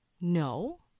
No